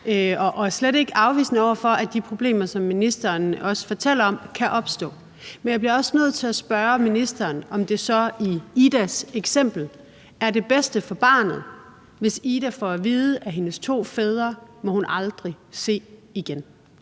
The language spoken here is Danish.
er slet ikke afvisende over for, at de problemer, som ministeren også fortæller om, kan opstå. Men jeg bliver også nødt til at spørge, om det så i Idas eksempel er det bedste for barnet, hvis Ida får at vide, at hendes to fædre må hun aldrig se igen;